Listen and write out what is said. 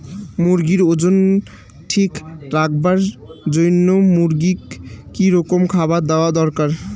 মুরগির ওজন ঠিক রাখবার জইন্যে মূর্গিক কি রকম খাবার দেওয়া দরকার?